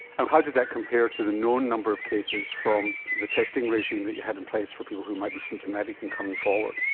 and how did that compare to the known number of cases from the testing regime that you had in place for people who might be symptomatic and coming forward?